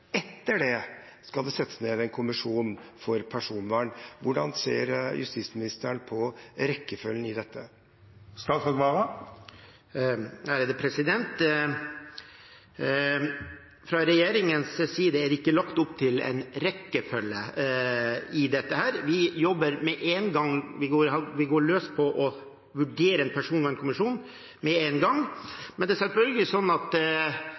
Etter det skal det settes ned en kommisjon for personvern. Hvordan ser justisministeren på rekkefølgen i dette? Fra regjeringens side er det ikke lagt opp til noen rekkefølge i dette. Vi går løs på å vurdere en personvernkommisjon med en gang, og vi vil selvfølgelig